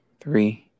three